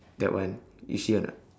that one you see or not